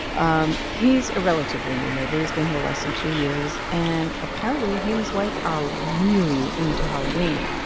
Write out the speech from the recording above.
um he's a relatively new neighbor. he's been here less than two years. and apparently, he and his wife are really into halloween.